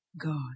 God